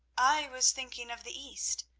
i was thinking of the east,